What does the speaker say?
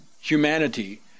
humanity